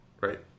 right